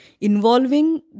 involving